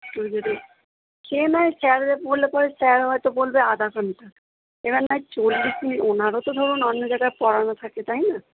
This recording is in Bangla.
সে নয় স্যার বললে পরে স্যার হয়তো বলবে আধ ঘণ্টা এবার নয় চল্লিশ মিনিট ওনারও তো ধরুন অন্য জায়গায় পড়ানো থাকে তাই না